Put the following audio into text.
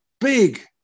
big